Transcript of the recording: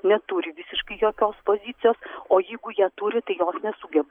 neturi visiškai jokios pozicijos o jeigu jie turi tai jos nesugeba